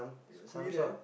squirrel